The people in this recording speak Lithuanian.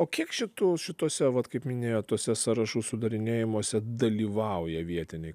o kiek šitų šituose vat kaip minėjot tuose sąrašų sudarinėjimuose dalyvauja vietiniai